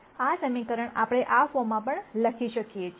આ સમીકરણ આપણે આ ફોર્મમાં પણ લખી શકીએ છીએ